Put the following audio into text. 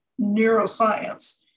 neuroscience